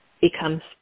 becomes